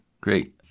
great